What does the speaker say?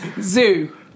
Zoo